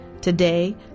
Today